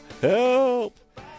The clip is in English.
help